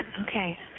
Okay